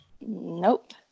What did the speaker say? Nope